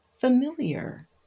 familiar